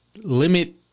limit